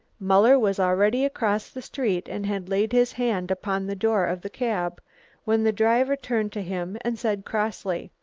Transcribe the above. muller was already across the street and had laid his hand upon the door of the cab when the driver turned to him and said crossly,